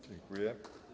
Dziękuję.